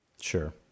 Sure